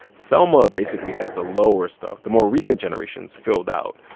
thelma basically has the lower stuff, the more recent generations filled out.